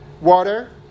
water